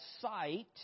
site